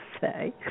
say